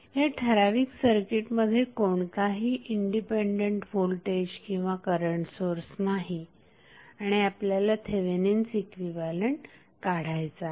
ह्या ठराविक सर्किटमध्ये कोणताही इंडिपेंडेंट व्होल्टेज किंवा करंट सोर्स नाही आणि आपल्याला थेवेनिन्स इक्विव्हॅलेंट काढायचा आहे